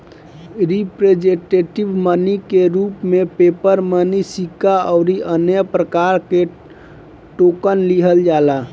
representative money के रूप में पेपर मनी सिक्का अउरी अन्य प्रकार के टोकन लिहल जाला